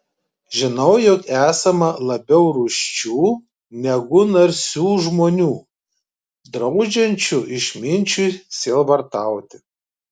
žinau jog esama labiau rūsčių negu narsių žmonių draudžiančių išminčiui sielvartauti